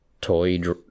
toy